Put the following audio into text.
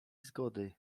zgody